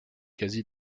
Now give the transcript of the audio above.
quasi